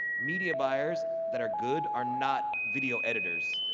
media buyers that are good, are not video editors.